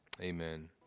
Amen